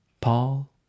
Paul